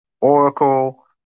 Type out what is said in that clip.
Oracle